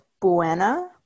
Buena